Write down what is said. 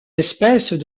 espèces